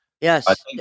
Yes